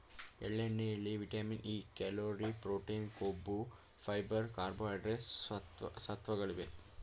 ಎಳ್ಳೆಣ್ಣೆಯಲ್ಲಿ vitamin E, calorie, protein, ಕೊಬ್ಬು, fibre, carbohydrates ಸತ್ವಗಳಿವೆ